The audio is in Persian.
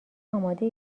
آماده